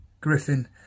Griffin